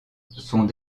sont